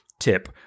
tip